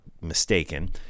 mistaken